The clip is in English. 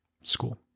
school